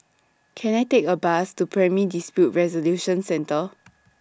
Can I Take A Bus to Primary Dispute Resolution Centre